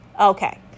Okay